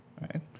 right